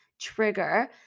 trigger